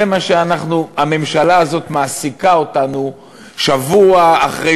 זה מה שהממשלה הזאת מעסיקה אותנו בו שבוע אחרי